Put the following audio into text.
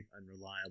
unreliable